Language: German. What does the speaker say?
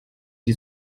die